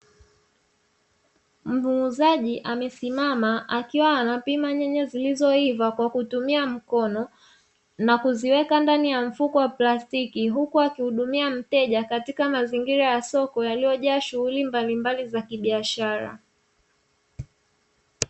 Muuzaji amesimama akiwa anapima nyanya zilizoiva kwa kutumia mkono na kuziweka ndani ya mfuko wa plastiki, huku akihudumia mteja katika mazingira ya soko yaliyojaa shughuli mbalimbali za kibiashara.